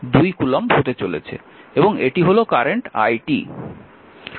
এবং এটি হল কারেন্ট i